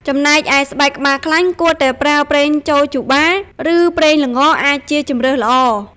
ចំណែកឯ ស្បែកក្បាលខ្លាញ់គួរតែប្រើ ប្រេងចូជូបា ឬប្រេងល្ងអាចជាជម្រើសល្អ។